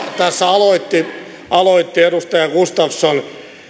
tässä aloitti aloitti edustaja gustafsson